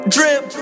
Drip